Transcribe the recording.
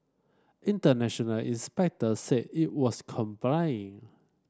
international inspector said it was complying